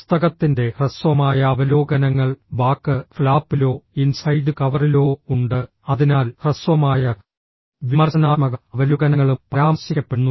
പുസ്തകത്തിന്റെ ഹ്രസ്വമായ അവലോകനങ്ങൾ ബാക്ക് ഫ്ലാപ്പിലോ ഇൻസൈഡ് കവറിലോ ഉണ്ട് അതിനാൽ ഹ്രസ്വമായ വിമർശനാത്മക അവലോകനങ്ങളും പരാമർശിക്കപ്പെടുന്നു